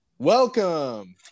Welcome